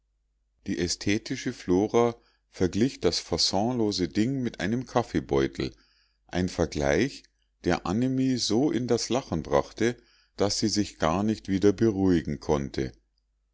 die ästhetische flora verglich das faonlose ding mit einem kaffeebeutel ein vergleich der annemie so in das lachen brachte daß sie sich gar nicht wieder beruhigen konnte